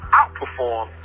outperform